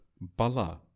Bala